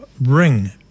Ring